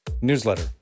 Newsletter